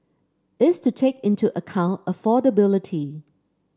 is to take into account affordability